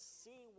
see